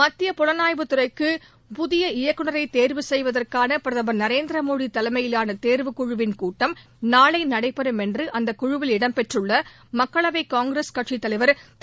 மத்திய புலனாய்வுத் துறைக்கு புதிய இயக்குநரை தேர்வு செய்வதற்கான பிரதமர் நரேந்திர மோடி தலைமையிலான தேர்வுக்குழுவின் கூட்டம் நாளை நடைபெறும் என்று அந்தக் குழுவில் இடம்பெற்றுள்ள மக்களவை காங்கிரஸ் கட்சித் தலைவர் திரு